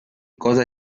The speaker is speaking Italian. cosa